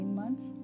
months